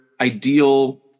ideal